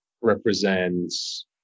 represents